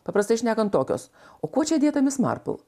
paprastai šnekant tokios o kuo čia dėta mis marpl